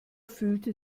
fühlte